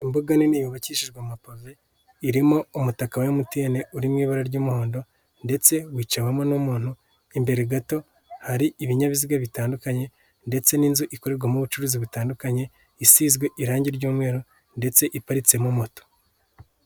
Imboga nini yubakishijwe amapuve irimo umutaka wa motini uri mu ibara ry'umuhondo ndetse wicawemo n'umuntu, imbere gato hari ibinyabiziga bitandukanye ndetse n'inzu ikorerwamo ubucuruzi butandukanye, isizwe irangi ry'umweru ndetse iparitsemo moto.